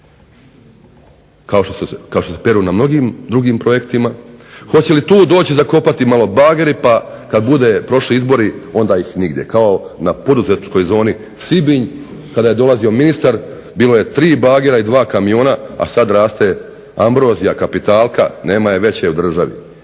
kao što se peru na mnogim drugim projektima, hoće li tu doći zakopati malo bageri pa kada budu prošli izbori onda ih nigdje kao na poduzetničkoj zoni Sibinj kada je dolazio ministar bilo je tri bagera i dva kamiona, a sada raste ambrozija kapitalka, nema je veće u držati,